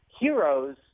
Heroes